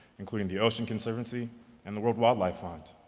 including the ocean conservancy and the world wildlife fund,